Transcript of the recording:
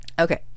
Okay